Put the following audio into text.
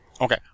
Okay